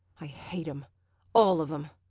i hate em all of em!